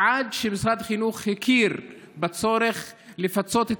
עד שמשרד החינוך הכיר בצורך לפצות את